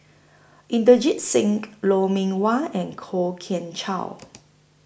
Inderjit Singh Lou Mee Wah and Kwok Kian Chow